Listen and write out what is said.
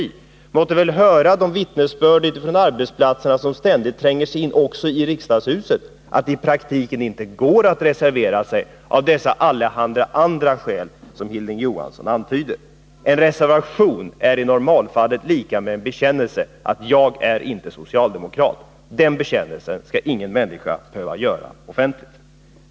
Han måtte väl höra de vittnesbörd från arbetsplatserna som ständigt tränger sig in också i riksdagshuset, att det i praktiken inte går att reservera sig av dessa allehanda andra skäl som Hilding Johansson antyder. En reservation är i normalfallet liktydig med en bekännelse: jag är inte socialdemokrat. Den bekännelsen skall ingen människa behöva göra offentligt.